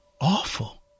awful